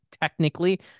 technically